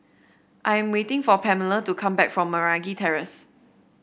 I am waiting for Pamela to come back from Meragi Terrace